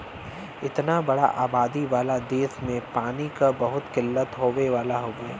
इतना बड़ा आबादी वाला देस में पानी क बहुत किल्लत होए वाला हउवे